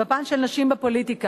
בפן של נשים בפוליטיקה,